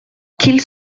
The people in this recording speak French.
qu’il